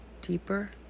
deeper